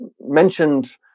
mentioned